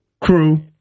crew